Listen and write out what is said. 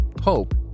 Hope